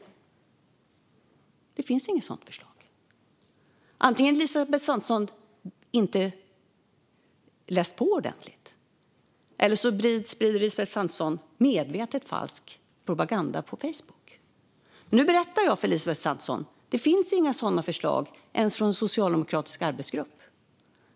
Det finns inget sådant förslag. Antingen har Elisabeth Svantesson inte läst på ordentligt eller så sprider Elisabeth Svantesson medvetet falsk propaganda på Facebook. Nu berättar jag för Elisabeth Svantesson: Det finns inga sådana förslag ens från en socialdemokratisk arbetsgrupp.